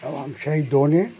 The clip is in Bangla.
এবং সেই দোনে